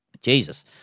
Jesus